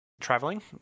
traveling